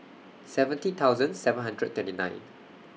seventy thousand seven hundred twenty nine